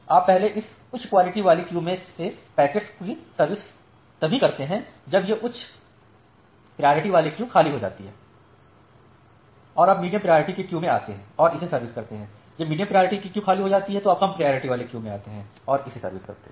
आप पहले इस उच्च प्रायोरिटी वाली क्यू से पैकेट्स की सर्विस तभी करते हैं जब यह उच्च प्रायोरिटी वाली क्यू खाली हो जाती है तो आप मीडियम प्रायोरिटी की क्यू में आते हैं और इसकी सर्विस करते हैं जब मीडियम प्रायोरिटी की क्यू खाली हो जाती है तो आप कम प्रायोरिटी वाली क्यू में आते हैं और इसकी सर्विस करते हैं